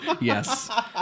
Yes